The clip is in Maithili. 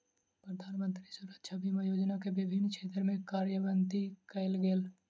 प्रधानमंत्री सुरक्षा बीमा योजना के विभिन्न क्षेत्र में कार्यान्वित कयल गेल